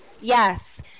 Yes